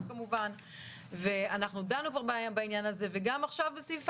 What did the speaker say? כמובן ואנחנו דנו כבר בענין הזה וגם עכשיו בסעיף